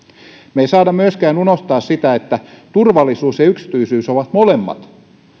me emme saa myöskään unohtaa sitä että turvallisuus ja yksityisyys ovat molemmat